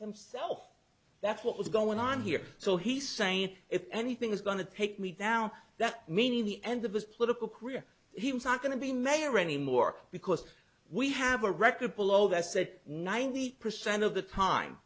himself that's what was going on here so he's saying if anything is going to pick me now that meaning the end of his political career he was not going to be mayor any more because we have a record below that said ninety percent of the time